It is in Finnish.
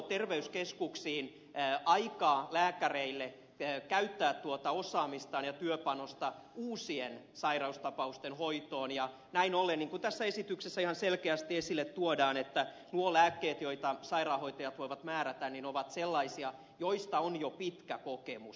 se tuo terveyskeskuksiin lääkäreille aikaa käyttää tuota osaamistaan ja työpanostaan uusien sairaustapausten hoitoon ja näin ollen niin kuin tässä esityksessä ihan selkeästi esille tuodaan nuo lääkkeet joita sairaanhoitajat voivat määrätä ovat sellaisia joista on jo pitkä kokemus